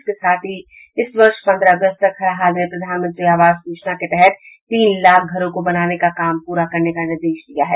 इसके साथ ही इस वर्ष पंद्रह अगस्त तक हर हाल में प्रधानमंत्री आवास योजना के तहत तीन लाख घरों को बनाने का काम पूरा करने का निर्देश दिया है